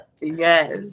Yes